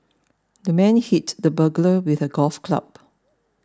the man hit the burglar with a golf club